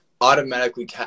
automatically